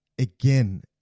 Again